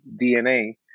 DNA